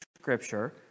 scripture